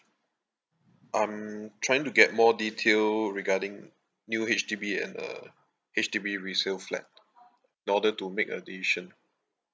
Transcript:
I'm trying to get more detail regarding new H_D_B and the H_D_B resale flat in order to make a decision